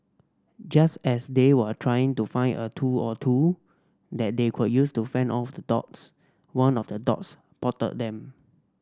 just as they were trying to find a tool or two that they could use to fend off the dogs one of the dogs potted them